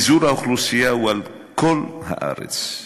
פיזור האוכלוסייה הוא על כל הארץ,